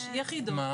יש יחידות